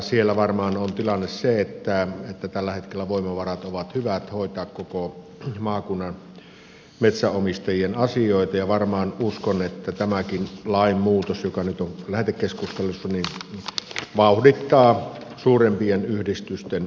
siellä varmaan on tilanne se että tällä hetkellä voimavarat ovat hyvät hoitaa koko maakunnan metsänomistajien asioita ja uskon että varmaan tämäkin lainmuutos joka nyt on lähetekeskustelussa vauhdittaa suurempien yhdistysten perustamista